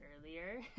earlier